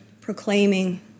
proclaiming